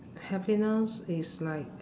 happiness is like